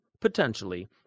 Potentially